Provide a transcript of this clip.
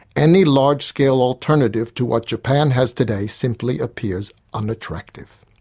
any large-scale alternative to what japan has today simply appears unattractive.